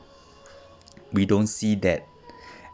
we don't see that